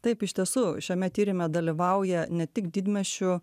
taip iš tiesų šiame tyrime dalyvauja ne tik didmiesčių